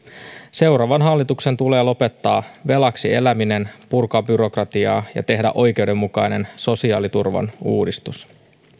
seuraavan hallituksen tulee lopettaa velaksi eläminen purkaa byrokratiaa ja tehdä oikeudenmukainen sosiaaliturvan uudistus